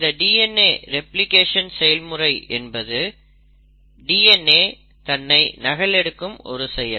இந்த DNA replication செயல்முறை என்பது DNA தன்னை நகலெடுக்கும் ஒரு செயல்